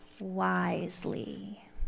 wisely